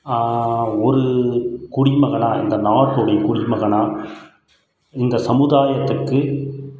ஒரு குடிமகனாக இந்த நாட்டுனுடைய குடிமகனாக இந்த சமுதாயத்துக்கு